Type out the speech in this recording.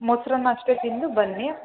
ಮೊಸರನ್ನ ಅಷ್ಟೇ ತಿಂದು ಬನ್ನಿ